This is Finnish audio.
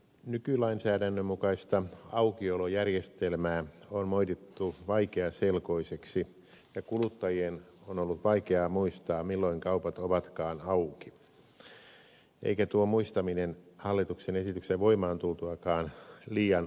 nykylainsäädännön mukaista aukiolojärjestelmää on moitittu vaikeaselkoiseksi ja kuluttajien on ollut vaikea muistaa milloin kaupat ovatkaan auki eikä tuo muistaminen hallituksen esityksen voimaantultuakaan liian ongelmatonta olisi